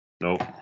Nope